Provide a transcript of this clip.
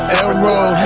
arrow